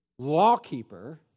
lawkeeper